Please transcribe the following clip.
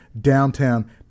downtown